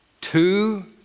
Two